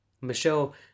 Michelle